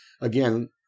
again